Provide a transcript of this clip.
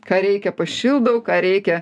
ką reikia pašildau ką reikia